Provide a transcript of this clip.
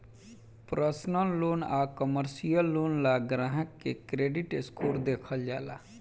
personal loan आ commercial loan ला ग्राहक के क्रेडिट स्कोर देखल जाला